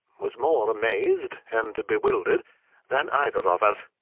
was more amazed and bewildered than either of us.